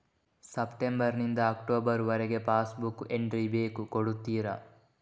September ನಿಂದ October ವರಗೆ pass book entry ಬೇಕು ಕೊಡುತ್ತೀರಾ?